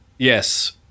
Yes